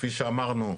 כפי שאמרנו,